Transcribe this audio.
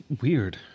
weird